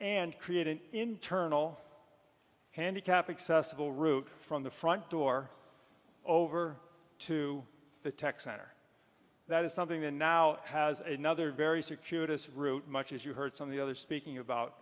and create an internal handicap accessible route from the front door over to the tech center that is something that now has a nother very circuitous route much as you heard from the other speaking about